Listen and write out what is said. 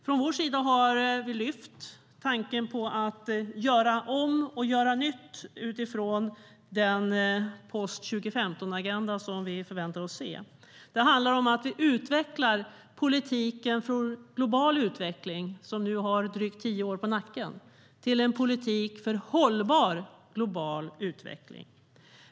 Från vår sida har vi lyft tanken på att göra om och göra nytt utifrån den post-2015-agenda som vi förväntar oss att se. Det handlar om att vi utvecklar politiken för global utveckling, som nu har drygt tio år på nacken, till en politik för hållbar global utveckling.